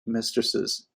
mistresses